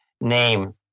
name